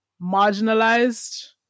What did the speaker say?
marginalized